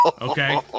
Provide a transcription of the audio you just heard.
Okay